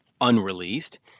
unreleased